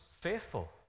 faithful